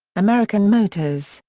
american motors,